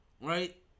right